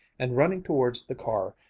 and running towards the car,